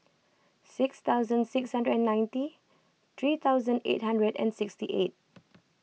six thousand six hundred and ninety three thousand eight hundred and sixty eight